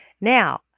Now